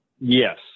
Yes